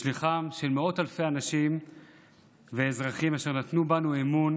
שליחם של מאות אלפי אנשים ואזרחים אשר נתנו בנו אמון